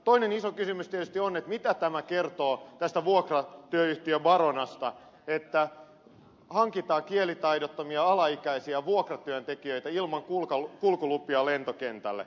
toinen iso kysymys tietysti on mitä tämä kertoo tästä vuokratyöyhtiö baronasta että hankitaan kielitaidottomia alaikäisiä vuokratyöntekijöitä ilman kulkulupia lentokentälle